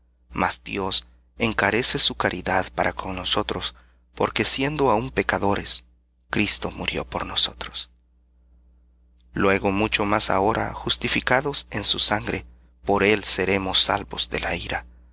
mas dios encarece su caridad para con nosotros porque siendo aún pecadores cristo murió por nosotros luego mucho más ahora justificados en su sangre por él seremos salvos de la ira